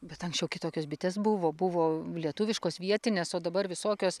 bet anksčiau kitokios bitės buvo buvo lietuviškos vietinės o dabar visokios